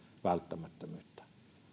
välttämättömyyttä